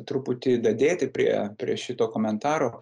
truputį dadėti prie prie šito komentaro